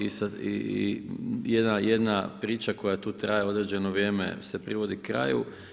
I jedna priča koja tu traje određeno vrijeme se privodi kraju.